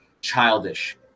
childish